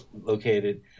located